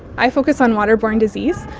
i focus on waterborne disease,